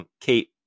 Kate